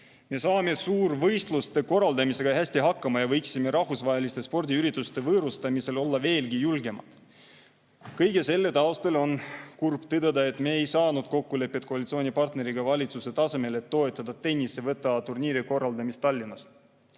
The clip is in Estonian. saame suurvõistluste korraldamisega hästi hakkama ja võiksime rahvusvaheliste spordiürituste võõrustamisel olla veelgi julgemad. Kõige selle taustal on kurb tõdeda, et me ei saanud koalitsioonipartneriga valitsuse tasemel kokkulepet, et toetada tennise WTA turniiri korraldamist Tallinnas.